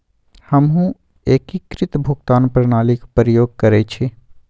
हमहु एकीकृत भुगतान प्रणाली के प्रयोग करइछि